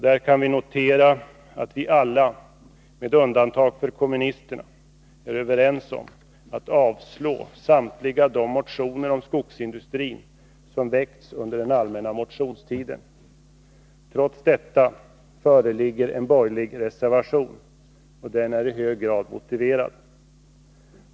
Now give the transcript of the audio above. Där kan vi notera att vi alla, med undantag för kommunisterna, är överens om att avstyrka samtliga de motioner om skogsindustrin som väckts under den allmänna motionstiden. Trots detta föreligger en borgerlig reservation. Och den är i hög grad motiverad.